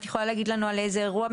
את יכולה להגיד לנו על איזה אירוע,